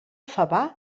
favar